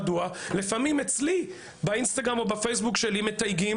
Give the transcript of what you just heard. לפעמים אצלי באינסטגרם או בפייסבוק שלי מתייגים